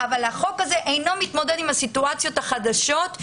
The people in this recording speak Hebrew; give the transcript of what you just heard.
אבל החוק הזה אינו מתמודד עם הסיטואציות החדשות,